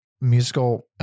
musical